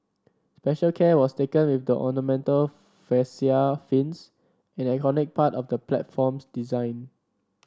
special care was taken with the ornamental fascia fins an iconic part of the platform's design